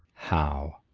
how!